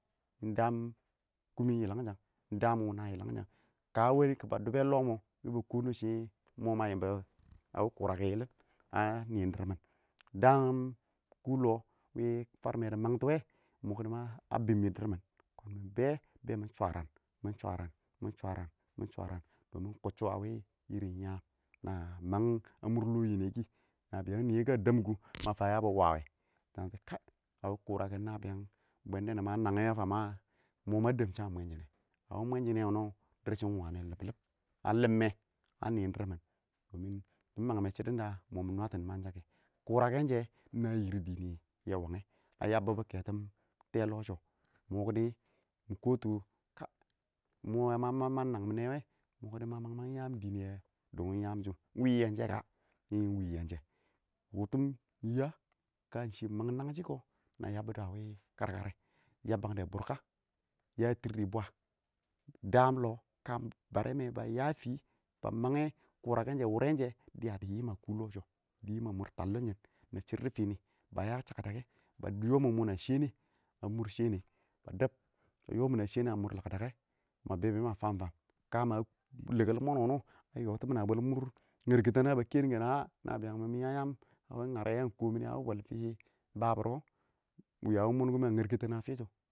ɪng dam kʊmɪ yɪlangshang ɪng dam wɪ na yɪlangshang ka nɛ wɛ kʊ ba dʊbɛ lɔ mɔ be ba kɔɔn dʊ shɪ mɔ ma yɪmbɔ a wɪ kʊrakɛ yɪlɪn a nɪɪn dɪrr mɪn, daam kʊ lɔ wɪ farmɛ dɪ mangtɔ wɛ a bim dɪrr mɪn kɔn mɪ bɛɛ bɛ mɪ shwarang mi shwarang mi shwarang dɪ nɪ kutchɔ a wɪ yam na mang a mʊr lɔ nɪ yɛ kɪ nabiyang nɪyɛ ka dɛɛm kʊ mafa yabɪ wa wɛ, shɪ kai a wɪ kʊrakɛn nabiyang bwɛndɔnɔ ma nangɛ wɛ fa, ɪng mɔ ma dɔm shan mwɛnshinɛ, a wɪ mwɛnshinɛ, a wɪ mwɛshɪnɛ wʊnɪ wɔ, a wɪ dirr shɪn ɪng wanɪ lillib a limmɛ a nɪn dirr mɪn dɪ mang mɛ shidʊn da mɔ mɪ nwatɔ mɪmangsha kɛ, kʊrakɛn shɛ ɪng na dini yɛ wa ɪng a yabbʊbɔ kɛtɔn tɛɛ lɔ shɔ, mɔ ki dɪ mɪ kɔtʊ mɔ ma ya ma nang mɪnɛ wɛ, mɔ kidi ma mang-mang yaam dɪn yɛ dʊgʊn yaam shʊ, ɪng wɪ yɛnshɛ, wʊtʊm yɪ yɛ, ka ɪng shɪ mang nangshɪ kɔ na yabbidʊ a wɪ karkarɛ yabban dɛ bʊrka ya ɪng tirdi bwa, daam lɔ ka barɛmɛ ba ya fii, ba mangɛ kʊrakɛn shɛ, wʊrɛnshɛ dɪya dɪ yim a kʊ lɔ shɔ dɪ yɪm a mʊr tallʊn shɪn na shɛr dʊ fini ba ya shakdakɛ ba yɔ min mɔn a shɛnɛ, a mʊr shɛnɛ, ba dɛb ba yɔ a mʊr lakdakɛ ma bɛ, bɛ ma fam fam, kama a lɛgʊr mɔɔn wʊnɪ wɔ a yɔti min a bwɛ mʊr ngɛrkɪtɛn a, ba kɛnkɛn nabiyang mɪn mɪ yang yam a wɪ ngarɛ ya ɪng kɔmɪ nɪ a wɪ bwɛl fɪn babirwɔ, wɪ a wɪ mɔn kimɛ a ngɛrkɪtɛn a fɪ shʊ,